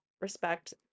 respect